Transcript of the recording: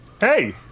Hey